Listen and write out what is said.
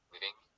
living